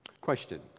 Question